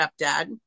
stepdad